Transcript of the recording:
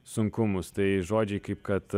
sunkumus tai žodžiai kaip kad